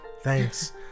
Thanks